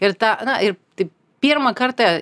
ir ta na ir taip pirmą kartą